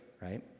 right